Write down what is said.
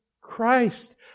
Christ